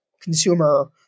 consumer